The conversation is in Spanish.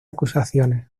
acusaciones